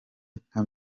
nka